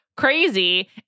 crazy